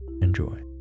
Enjoy